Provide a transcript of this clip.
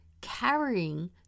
carrying